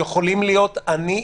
יכולים להיות אני,